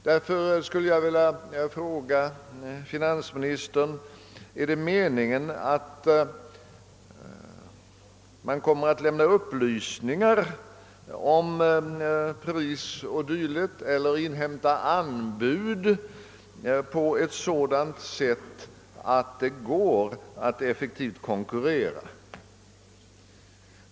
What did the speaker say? Jag skulle därför vilja fråga finansministern: Är det meningen att lämna upplysningar om pris och dylikt eller inhämta anbud på ett sådant sätt att det blir möjligheter till en effektiv konkurrens?